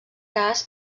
cas